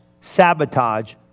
sabotage